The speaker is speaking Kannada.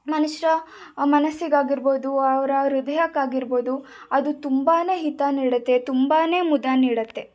ಮನುಷ್ಯರ ಮನಸ್ಸಿಗಾಗಿರ್ಬೋದು ಅವರ ಹೃದಯಕ್ಕಾಗಿರ್ಬೋದು ಅದು ತುಂಬ ಹಿತ ನೀಡತ್ತೆ ತುಂಬ ಮುದ ನೀಡತ್ತೆ